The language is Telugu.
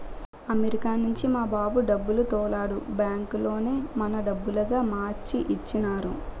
అమెరికా నుంచి మా బాబు డబ్బులు తోలాడు బ్యాంకులోనే మన డబ్బులుగా మార్చి ఇచ్చినారు